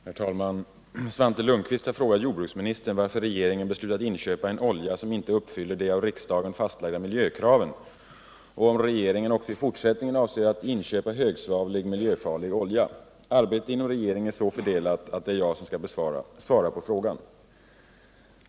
Herr talman! Svante Lundkvist har frågat jordbruksministern varför regeringen beslutat inköpa en olja som inte uppfyller de av riksdagen fastlagda miljökraven och om regeringen också i fortsättningen avser inköpa högsvavlig, miljöfarlig olja. Arbetet inom regeringen är så fördelat att det är jag som skall svara på frågan.